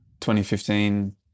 2015